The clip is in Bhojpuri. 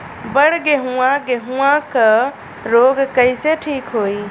बड गेहूँवा गेहूँवा क रोग कईसे ठीक होई?